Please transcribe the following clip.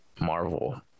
Marvel